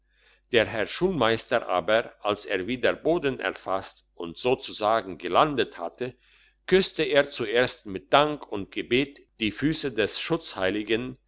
der herr schulmeister aber als er wieder boden erfasst und sozusagen gelandet hatte küsste er zuerst mit dank und gebet die füsse des schutzheiligen